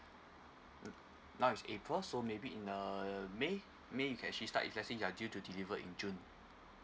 now is april so maybe in err may may you can actually start if let's say you are due to deliver in june